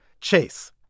Chase